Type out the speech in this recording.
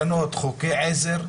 חוקי העזר,